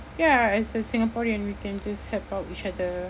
ya as a singaporean we can just help out each other